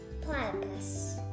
platypus